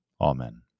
amen